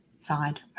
side